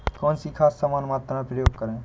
कौन सी खाद समान मात्रा में प्रयोग करें?